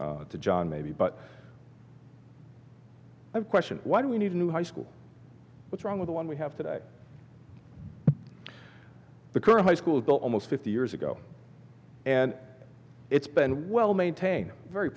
john maybe but i've questioned why do we need a new high school what's wrong with the one we have today the current high school built almost fifty years ago and it's been well maintained very